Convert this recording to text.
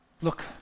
Look